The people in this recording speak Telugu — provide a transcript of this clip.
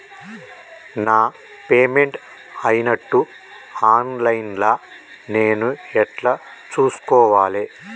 నా పేమెంట్ అయినట్టు ఆన్ లైన్ లా నేను ఎట్ల చూస్కోవాలే?